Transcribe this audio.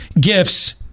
gifts